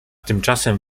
tymczasem